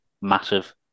massive